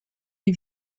die